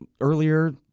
earlier